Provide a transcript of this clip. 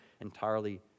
entirely